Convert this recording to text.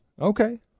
Okay